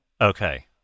Okay